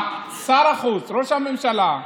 שר החוץ, ראש הממשלה,